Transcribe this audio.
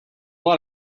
lot